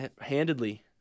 handedly